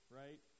right